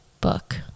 Book